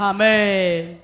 Amen